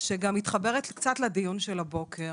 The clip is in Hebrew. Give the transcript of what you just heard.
שקצת מתחברת לדיון של הבוקר.